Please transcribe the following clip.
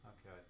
Okay